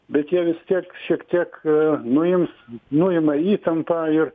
bet jie vis tiek šiek tiek nuims nuima įtampą ir